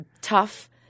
tough